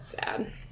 bad